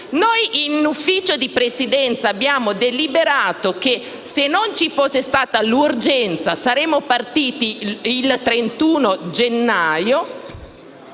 In Ufficio di Presidenza abbiamo deliberato che, se non ci fosse stata l'urgenza, saremmo partiti il 31 gennaio.